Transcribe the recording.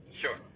sure